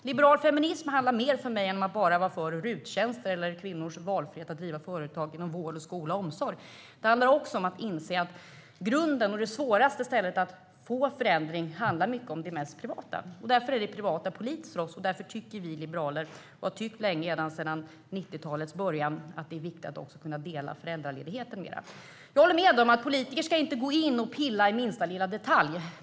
Liberal feminism handlar för mig om mer än att bara vara för RUT-tjänster eller kvinnors valfrihet att driva företag inom vård, skola och omsorg. Det handlar också om att inse att det svåraste stället att få förändring på i mycket gäller det mest privata. Därför är det privata politiskt för oss, och därför tycker vi liberaler - och har tyckt sedan 90-talets början - att det är viktigt att kunna dela föräldraledigheten mer. Jag håller med om att politiker inte ska gå in och pilla i minsta lilla detalj.